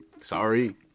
Sorry